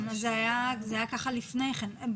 כך היה לפני כן.